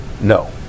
No